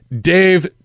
Dave